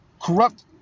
corrupt